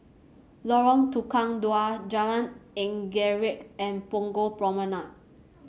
Lorong Tukang Dua Jalan Anggerek and Punggol Promenade